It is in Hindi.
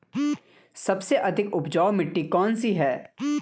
सबसे अधिक उपजाऊ मिट्टी कौन सी है?